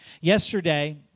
Yesterday